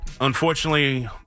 Unfortunately